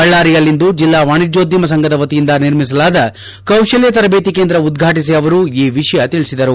ಬಳ್ಳಾರಿಯಲ್ಲಿಂದು ಜಿಲ್ಲಾ ವಾಣಿಜೋದ್ಯಮ ಸಂಘದ ವತಿಯಿಂದ ನಿರ್ಮಿಸಲಾದ ಕೌಶಲ್ಯ ತರಬೇತಿ ಕೇಂದ್ರ ಉದ್ಘಾಟಿಸಿ ಅವರು ಈ ವಿಷಯ ತಿಳಿಸಿದರು